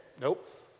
Nope